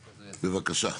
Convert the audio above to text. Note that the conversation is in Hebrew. בבקשה,